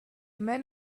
men